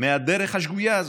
מהדרך השגויה הזאת.